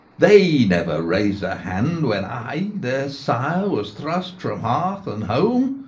they never raised a hand, when i their sire was thrust from hearth and home,